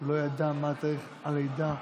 לא ידע מה תאריך הלידה,